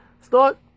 Start